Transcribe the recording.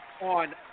on